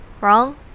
Wrong